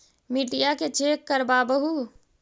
मिट्टीया के चेक करबाबहू?